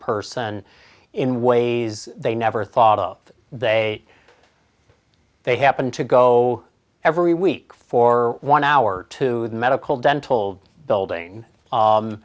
person in ways they never thought of they they happen to go every week for one hour to medical dental building